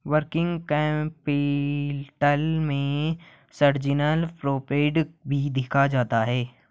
working capital में seasonal profit भी देखा जाता है